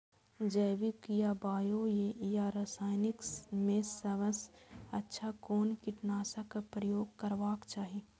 जैविक या बायो या रासायनिक में सबसँ अच्छा कोन कीटनाशक क प्रयोग करबाक चाही?